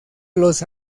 los